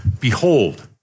Behold